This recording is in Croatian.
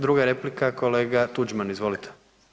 Druga replika kolega Tuđman, izvolite.